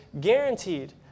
guaranteed